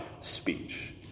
speech